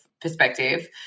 perspective